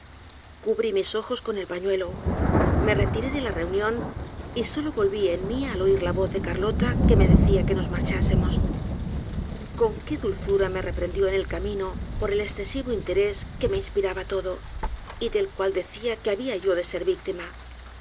cubrí mis ojos con el pañuelo me retiré de la reunión y solo volví en mí al oír la voz de carlota que me decía que nos marchásemos con qué dulzura me reprendió en el camino por el escesivo interés que me inspiraba todo y del cual decía que habia yo de ser